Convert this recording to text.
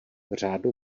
řádu